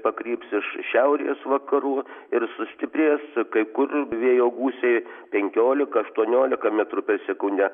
pakryps iš šiaurės vakarų ir sustiprės kai kur vėjo gūsiai penkiolika aštuoniolika metrų per sekundę